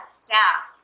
staff